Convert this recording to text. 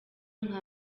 nka